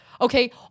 Okay